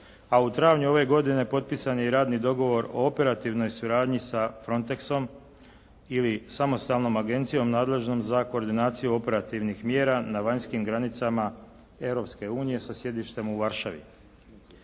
a u travnju ove godine potpisan je i radni dogovor o operativnoj suradnji sa Frontexom ili samostalnom agencijom nadležnom za koordinaciju operativnih mjera na vanjskim granicama Europske unije sa sjedištem u Varšavi.